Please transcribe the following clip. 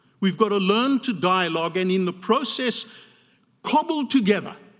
we've got to learn to dialogue and in the process cobble together